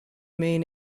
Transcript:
main